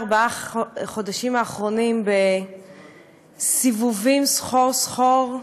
ארבעת החודשים האחרונים בסיבובים סחור-סחור,